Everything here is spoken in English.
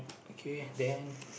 okay then